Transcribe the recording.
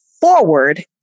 forward